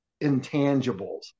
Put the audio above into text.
intangibles